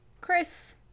Chris